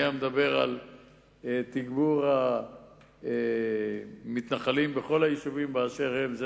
אם היה מדבר על תגבור המתנחלים בכל היישובים באשר הם,